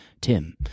Tim